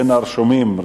בין הרשומים,